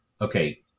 Okay